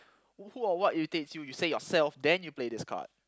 who or what you irritates you you say yourself then you play this card